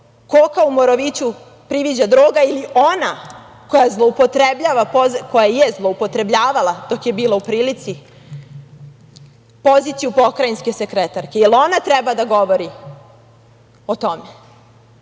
koka u Moroviću priviđa droga, ili ona koja je zloupotrebljavala, dok je bila u prilici, poziciju pokrajinske sekretarke? Jel ona treba da govori o